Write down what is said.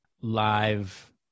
live